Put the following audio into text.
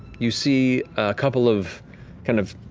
you see a couple of kind of